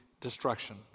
destruction